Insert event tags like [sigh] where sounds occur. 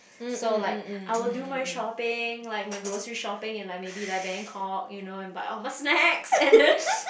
so like I will do my shopping like my grocery shopping in like maybe like Bangkok you know and buy all my snacks [laughs] and then